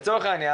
לצורך העניין,